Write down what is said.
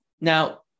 Now